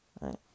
right